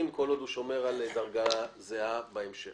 כל עוד הוא שומר על דרגה זהה בהמשך.